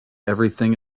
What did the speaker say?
everything